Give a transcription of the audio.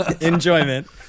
Enjoyment